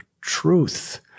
truth